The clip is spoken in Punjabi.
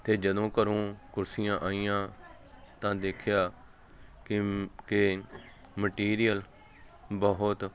ਅਤੇ ਜਦੋਂ ਘਰ ਕੁਰਸੀਆਂ ਆਈਆਂ ਤਾਂ ਦੇਖਿਆ ਕਿਮ ਕਿ ਮਟੀਰੀਅਲ ਬਹੁਤ